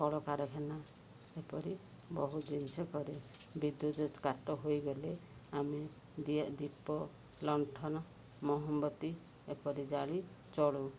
କଳକାରଖାନା ଏପରି ବହୁତ ଜିନିଷ କରେ ବିଦ୍ୟୁତ କାଟ ହୋଇଗଲେ ଆମେ ଦିଆ ଦୀପ ଲଣ୍ଠନ ମହମବତୀ ଏପରି ଜାଳି ଚଳୁ